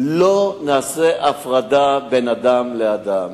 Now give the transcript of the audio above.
לא נעשה הפרדה בין אדם לאדם,